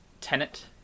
Tenet